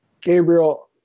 Gabriel